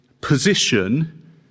position